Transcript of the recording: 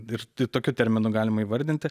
ir ir tokiu terminu galima įvardinti